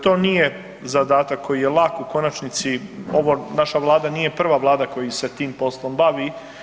To nije zadatak koji nije lak, u konačnici naša Vlada nije prva vlada koja se tim poslom bavi.